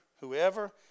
whoever